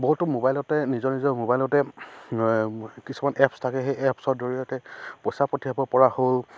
বহুতো মোবাইলতে নিজৰ নিজৰ মোবাইলতে কিছুমান এপছ থাকে সেই এপছৰ জৰিয়তে পইচা পঠিয়াব পৰা হ'ল